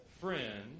friend